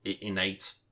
innate